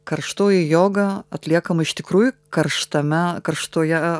karštoji joga atliekama iš tikrųjų karštame karštoje